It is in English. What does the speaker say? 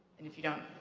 if you don't